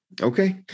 Okay